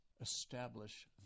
establish